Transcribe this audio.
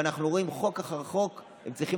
ואנחנו רואים שבחוק אחרי חוק הם צריכים